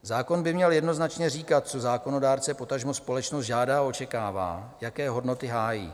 Zákon by měl jednoznačně říkat, co zákonodárce, potažmo společnost žádá a očekává, jaké hodnoty hájí.